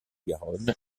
garonne